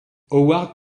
howard